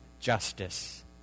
justice